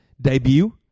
debut